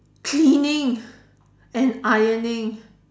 cleaning and ironing